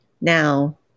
now